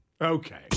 Okay